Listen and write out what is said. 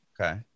Okay